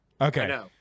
Okay